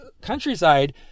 countryside